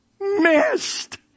missed